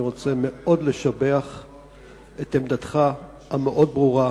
אני רוצה לשבח מאוד את עמדתך המאוד-ברורה,